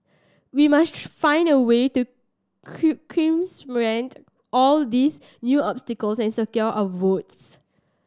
we must find a way to all these new obstacles and secure our votes